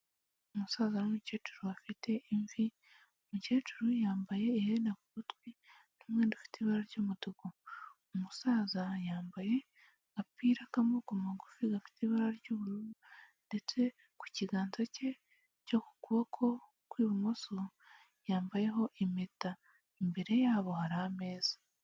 Umusaza n'umukecuru bafite imvi, umukecuru yambaye iherena ku gutwi n'umwenda ufite ibara ry'umutuku, umusaza yambaye agapira k'amaboko magufi gafite ibara ry'ubururu ndetse ku kiganza ke cyo ku kuboko kw'ibumoso; yambayeho impeta, imbere yabo hari ameza.